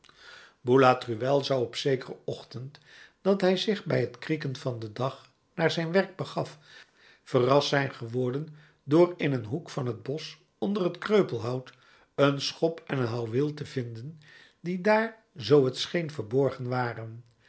boulatruelle zou op zekeren ochtend dat hij zich bij het krieken van den dag naar zijn werk begaf verrast zijn geworden door in een hoek van het bosch onder t kreupelhout een schop en een houweel te vinden die daar zoo t scheen verborgen waren